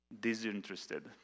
Disinterested